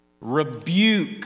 rebuke